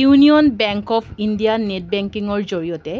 union bank of India net বেংকিঙৰ জৰিয়তে